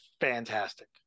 fantastic